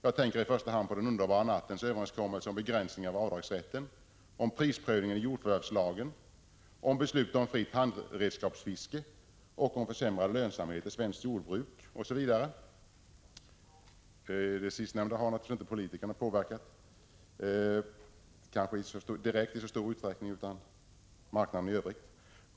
Jag tänker i första hand på den underbara nattens överenskommelser om begränsning av avdragsrätten, på prisprövningen i jordförvärvslagen, på beslutet om fritt handredskapsfiske och på den försämrade lönsamheten i svenskt jordbruk. Det sistnämnda har naturligtvis inte politikerna påverkat i så stor utsträckning utan marknaden i övrigt.